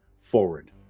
forward